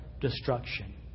destruction